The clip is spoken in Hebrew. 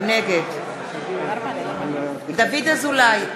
נגד דוד אזולאי,